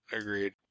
Agreed